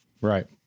Right